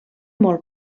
molt